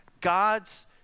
God's